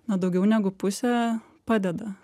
na daugiau negu pusė padeda